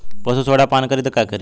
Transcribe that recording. पशु सोडा पान करी त का करी?